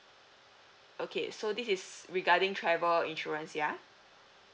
okay so this is regarding travel insurance ya